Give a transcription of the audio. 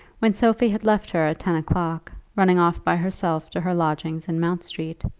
when sophie had left her at ten o'clock, running off by herself to her lodgings in mount street,